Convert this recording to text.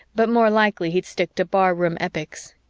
but more likely he'd stick to bar-room epics.